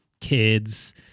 kids